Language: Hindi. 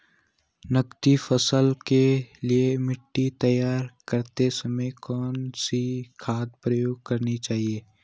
नकदी फसलों के लिए मिट्टी तैयार करते समय कौन सी खाद प्रयोग करनी चाहिए?